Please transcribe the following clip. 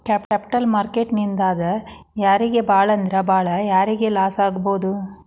Capital market ನಿಂದಾ ಯಾರಿಗ್ ಭಾಳಂದ್ರ ಭಾಳ್ ಯಾರಿಗ್ ಲಾಸಾಗ್ಬೊದು?